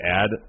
add